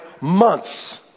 months